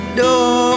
door